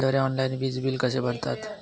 मोबाईलद्वारे ऑनलाईन वीज बिल कसे भरतात?